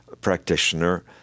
practitioner